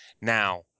Now